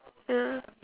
ya